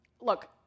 look